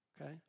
Okay